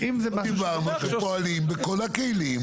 פועלים בכל הכלים.